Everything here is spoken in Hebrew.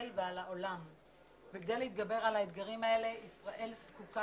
ועל העולם וכדי להתגבר על האתגרים האלה ישראל זקוקה